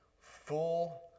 full